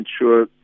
sure